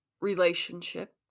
relationship